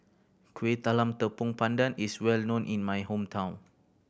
Kueh Talam Tepong Pandan is well known in my hometown